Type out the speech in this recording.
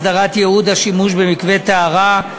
הסדרת ייעוד השימוש במקווה טהרה),